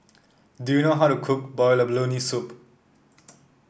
do you know how to cook Boiled Abalone Soup